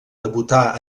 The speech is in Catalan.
debutar